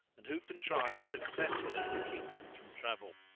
and who contrived successfully to keep him from travel.